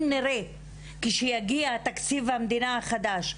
כשיגיע תקציב המדינה החדש,